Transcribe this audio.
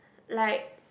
like